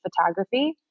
photography